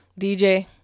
DJ